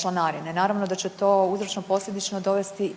članarine. Naravno da će to uzročno posljedično dovesti